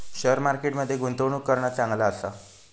share market मध्ये गुंतवणूक करणा चांगला आसा